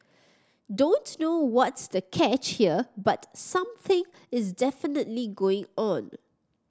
don't know what's the catch here but something is definitely going on